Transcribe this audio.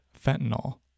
fentanyl